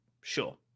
Sure